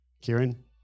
Kieran